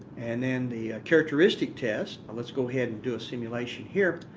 and then the characteristic test and let's go ahead and do a simulation here.